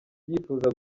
yifuza